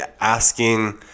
asking